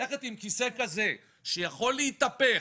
ללכת עם כיסא כזה שיכול להתהפך,